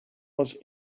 was